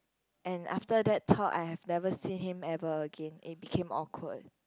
and after that talk I have never seen him ever again it became awkward